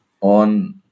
on